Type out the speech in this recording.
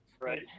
Right